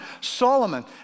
Solomon